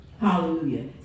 Hallelujah